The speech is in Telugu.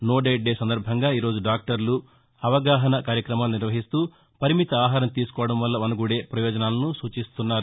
నో డైట్ డే సందర్బంగా ఈ రోజు డాక్టర్లు అవగాహస కార్యక్రమాలు నిర్వహిస్తూ పరిమిత ఆహారం తీసుకోవడం వల్ల ఒనగూడే ప్రయోజనాలను సూచిస్తున్నారు